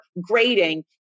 grading